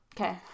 Okay